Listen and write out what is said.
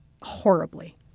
horribly